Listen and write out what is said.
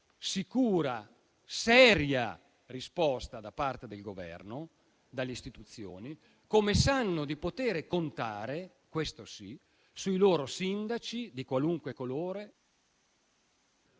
sicura e seria risposta da parte del Governo e delle istituzioni, come sanno di potere contare, questo sì, sui loro sindaci, di qualunque colore.